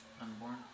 Unborn